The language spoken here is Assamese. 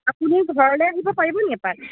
আপুনি ঘৰলৈ আহিব পাৰিব নেকি এপাক